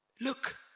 Look